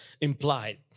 implied